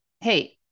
Hey